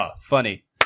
funny